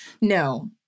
no